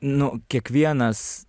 nu kiekvienas